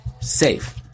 Safe